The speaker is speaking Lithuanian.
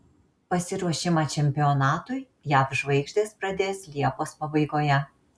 pasiruošimą čempionatui jav žvaigždės pradės liepos pabaigoje